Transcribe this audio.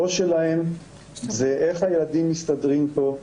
הראש שלהם זה איך הילדים מסתדרים פה,